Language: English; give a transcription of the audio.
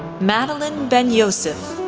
madeline ben-yoseph,